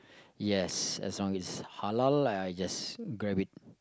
yes as long as it's halal I just grab it